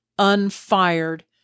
unfired